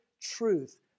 truth